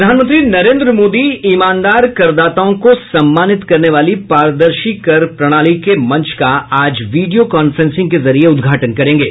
प्रधानमंत्री नरेन्द्र मोदी ईमानदार करदाताओं को सम्मानित करने वाली पारदर्शी कर प्रणाली के मंच का आज वीडियो कांफ्रेंसिंग के जरिए उद्घाटन करेंगे